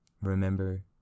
Remember